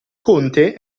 conte